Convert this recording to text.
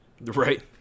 Right